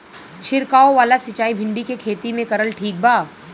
छीरकाव वाला सिचाई भिंडी के खेती मे करल ठीक बा?